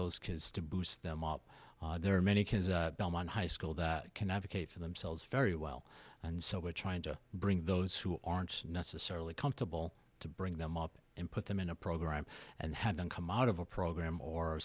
those kids to boost them up there are many high school that can advocate for themselves very well and so we're trying to bring those who aren't necessarily comfortable to bring them up and put them in a program and have them come out of a program or